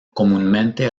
comúnmente